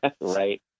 Right